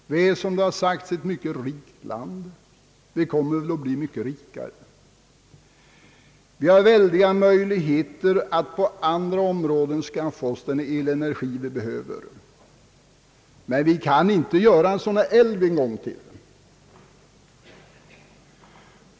Sverige är, som det har sagts, ett mycket rikt land och kommer väl att bli mycket rikare. Vi har väldiga möjligheter att på annat sätt skaffa oss den elenergi vi behöver, men vi kan inte göra en sådan här älv en gång till.